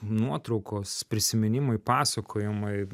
nuotraukos prisiminimai pasakojimai